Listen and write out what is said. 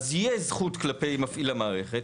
אז יהיה זכות כלפי מפעיל המערכת.